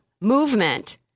movement